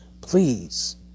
please